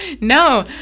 No